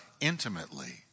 intimately